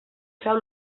feu